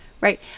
right